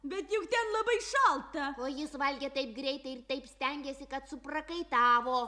o jis valgė taip greitai ir taip stengėsi kad suprakaitavo